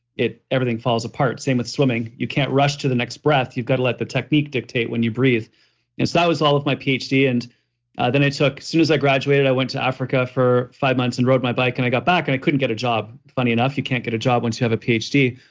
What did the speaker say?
everything falls apart same with swimming, you can't rush to the next breath. you've got to let the technique dictate when you breathe and so, that was all of my ph d. and then i took, as soon as i graduated, i went to africa for five months and rode my bike and i got back and i couldn't get a job. funny enough, you can't get a job once you have a ph d.